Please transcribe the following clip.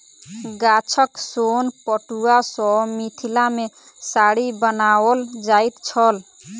गाछक सोन पटुआ सॅ मिथिला मे साड़ी बनाओल जाइत छल